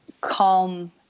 calm